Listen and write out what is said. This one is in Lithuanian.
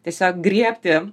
tiesiog griebti